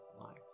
life